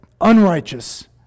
unrighteous